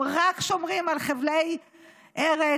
הם רק שומרים על חבלי ארץ,